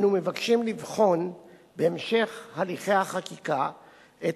אנו מבקשים לבחון בהמשך הליכי החקיקה את